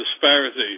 disparity